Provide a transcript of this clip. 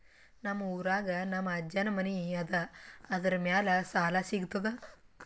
ನಮ್ ಊರಾಗ ನಮ್ ಅಜ್ಜನ್ ಮನಿ ಅದ, ಅದರ ಮ್ಯಾಲ ಸಾಲಾ ಸಿಗ್ತದ?